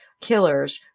killers